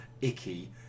icky